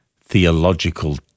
theological